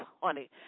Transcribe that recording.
honey